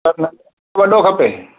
न न वॾो खपे